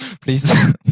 please